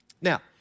Now